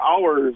hours